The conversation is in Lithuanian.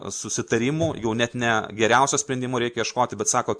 susitarimų jau net ne geriausio sprendimo reikia ieškoti bet sako